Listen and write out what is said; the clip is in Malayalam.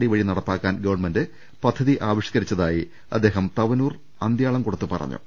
ഡി വഴി നടപ്പാക്കാൻ ഗവൺമെന്റ് പദ്ധതി ആവിഷ്കരിച്ചതായി അദ്ദേഹം തവനൂർ അന്ത്യാളംകുടത്ത് പറഞ്ഞു